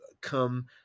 come